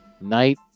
night